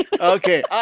Okay